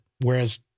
Whereas